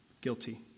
Guilty